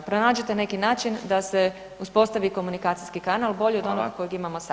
Pronađite neki način da se uspostaviti komunikacijski kanal bolje od onog kojeg imamo sada.